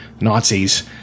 Nazis